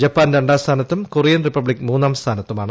Japan രണ്ടാം സ്ഥാനത്തും Korean republic മൂന്നാം സ്ഥാനമത്തുമാണ്